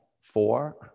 four